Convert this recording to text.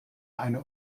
eine